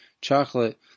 chocolate